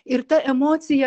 ir ta emocija